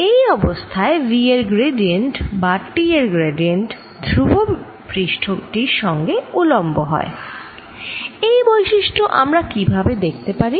এই অবস্থায় V এর গ্র্যাডিয়েন্ট বা T এর গ্র্যাডিয়েন্ট ধ্রুব পৃষ্ঠ টির সঙ্গে উলম্ব হয় এই বৈশিষ্ট্য আমরা কি ভাবে দেখতে পারি